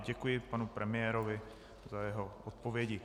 Děkuji panu premiérovi za jeho odpovědi.